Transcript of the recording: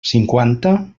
cinquanta